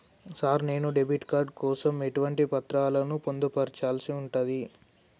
Sir నేను debit card కోసం ఎటువంటి పత్రాలను పొందుపర్చాల్సి ఉంటది?